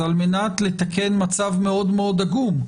זה על מנת לתקן מצב מאוד מאוד עגום,